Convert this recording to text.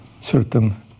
certain